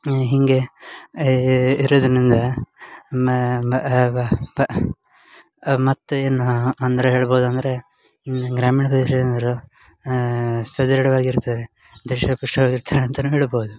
ನ ಹೀಗೆ ಏ ಇರುದಿನಿಂದ ಮತ್ತು ಏನು ಅಂದರೆ ಹೇಳ್ಬೌದು ಅಂದರೆ ಈ ಗ್ರಾಮೀಣ ಪ್ರದೇಶದ ಜನರು ಸದೃಢವಾಗಿ ಇರ್ತಾರೆ ದಷ್ಟ ಪುಷ್ಟವಾಗಿರ್ತಾರೆ ಅಂತಲೂ ಹೇಳ್ಬೌದು